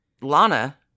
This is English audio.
Lana